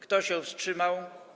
Kto się wstrzymał?